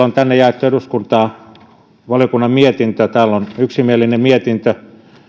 on tänne jaettu valiokunnan mietintö yksimielinen mietintö